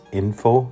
info